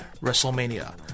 WrestleMania